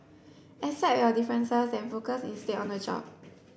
accept your differences and focus instead on the job